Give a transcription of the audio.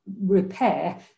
repair